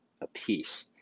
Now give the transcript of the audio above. apiece